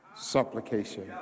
supplication